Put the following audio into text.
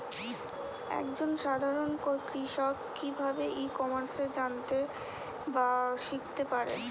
এক জন সাধারন কৃষক কি ভাবে ই কমার্সে জানতে বা শিক্ষতে পারে?